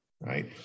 right